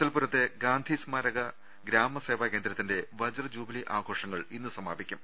L പുരത്തെ ഗാന്ധി സ്മാരക ഗ്രാമ സേവാ കേന്ദ്ര ത്തിന്റെ വജ്രജൂബിലി ആഘോഷങ്ങൾ ഇന്ന് സമാപിക്കും